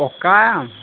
পকা আম